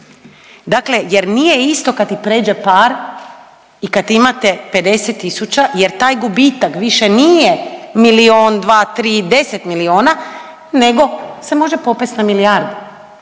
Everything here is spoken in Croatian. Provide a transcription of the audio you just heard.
Dakle jer nije isto kad ti pređe par i kad imate 50 tisuća jer taj gubitak više nije milijun, dva, tri, 10 milijuna nego se može popest na milijardu